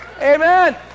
Amen